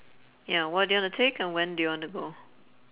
ya what do you wanna take and when do you wanna go